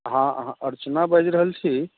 हँ अहाँ अर्चना बाजि रहल छी